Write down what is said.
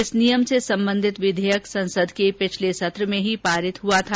इस नियम से संबंधित विधेयक संसद के पिछले सत्र में ही पारित हुआ था